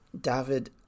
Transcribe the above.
david